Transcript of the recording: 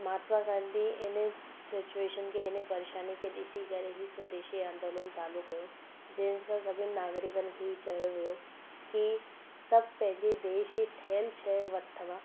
महात्मा गांधी हिन सिचुएशन खे हिन परेशानी खे ॾिसी करे ई स्वदेशी आंदोलनु चालू कयो जंहिंसां सभिनि नागरिकनि खे चयो वियो की सभु पंहिंजे देश जी ठहियलि शइ वठंदा